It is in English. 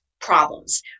problems